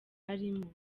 arimo